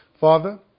Father